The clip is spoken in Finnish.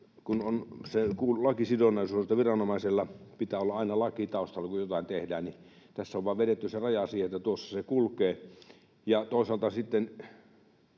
se lakisidonnaisuus, että viranomaisella pitää olla aina laki taustalla, kun jotain tehdään, on vain vedetty se raja siihen, että tuossa se kulkee. Ja toisaalta sitten